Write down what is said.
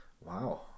Wow